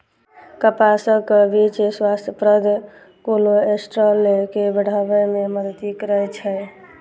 कपासक बीच स्वास्थ्यप्रद कोलेस्ट्रॉल के बढ़ाबै मे मदति करै छै